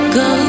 go